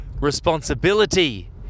responsibility